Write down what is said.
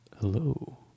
hello